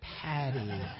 patty